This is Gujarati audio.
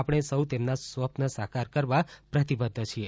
આપણે સૌ તેમના સ્વપ્ન સાકાર કરવા પ્રતિબદ્ધ છીએ